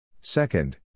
Second